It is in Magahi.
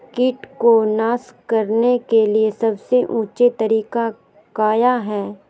किट को नास करने के लिए सबसे ऊंचे तरीका काया है?